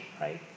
right